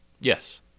Yes